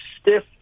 stiff